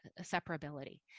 separability